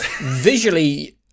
visually